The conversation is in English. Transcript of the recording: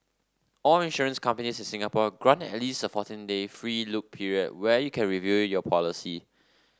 all insurance companies in Singapore grant at least a fourteen day free look period where you can review your policy